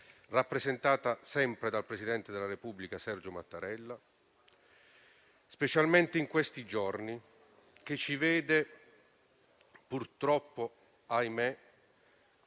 rappresentata sempre dal Presidente della Repubblica, Sergio Mattarella, specialmente in questi giorni, che ci vedono purtroppo molto